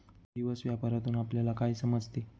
दिवस व्यापारातून आपल्यला काय समजते